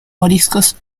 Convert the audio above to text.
moriscos